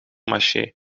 maché